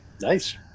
Nice